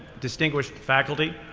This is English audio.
distinguished faculty,